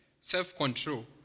self-control